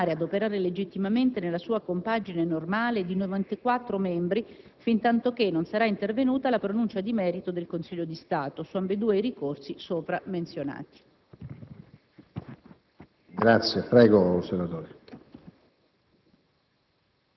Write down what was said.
può continuare ad operare legittimamente nella sua compagine normale di 94 membri, fintanto che non sarà intervenuta la pronuncia di merito del Consiglio di Stato su ambedue i ricorsi sopra menzionati.